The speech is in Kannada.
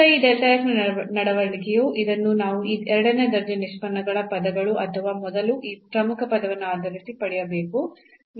ಈಗ ಈ ನ ನಡವಳಿಕೆಯು ಇದನ್ನು ನಾವು ಈ ಎರಡನೇ ದರ್ಜೆಯ ನಿಷ್ಪನ್ನಗಳ ಪದಗಳು ಅಥವಾ ಮೊದಲು ಈ ಪ್ರಮುಖ ಪದವನ್ನು ಆಧರಿಸಿ ಪಡೆಯಬೇಕು